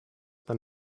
than